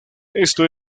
esto